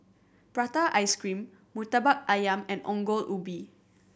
prata ice cream Murtabak Ayam and Ongol Ubi